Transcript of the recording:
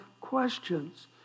questions